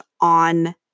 on